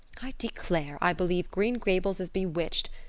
i declare i believe green gables is bewitched.